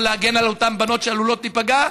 ולהגן על אותן בנות שעלולות להיפגע.